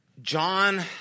John